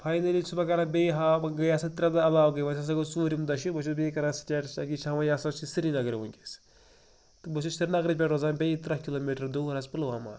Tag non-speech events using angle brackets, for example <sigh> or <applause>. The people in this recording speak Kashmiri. تہٕ فاینٔلی چھُس بہٕ کَران بیٚیہِ <unintelligible> گٔے ہَسا ترٛے دۄہ علاوٕ گٔے وۄنۍ ہسا گوٚو ژوٗرِم دۄہ چھُ بہٕ چھُس بیٚیہِ کَران سِٹیٹَس أتی چھُ ہاوان یہِ ہسا چھُ سریٖنگَرٕ وُنٛکیٚس تہٕ بہٕ چھُس سریٖنگرٕ پٮ۪ٹھ روزان بیٚیہِ ترٛےٚ کِلوٗمیٖٹَر دوٗر حظ پُلوامہ